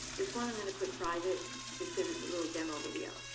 this one i'm going to put private just because it's a little demo video.